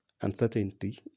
uncertainty